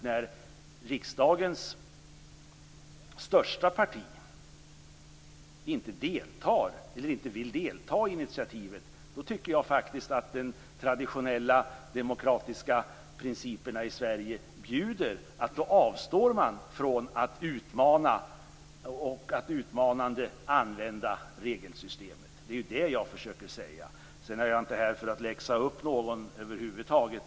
När riksdagens största parti inte deltar, inte vill delta, i initiativet tycker jag faktiskt att de traditionella demokratiska principerna i Sverige bjuder att man avstår från att utmanande använda regelsystemet. Det är det jag försöker säga. Sedan är jag inte här för att läxa upp någon över huvud taget.